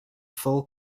full